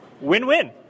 Win-win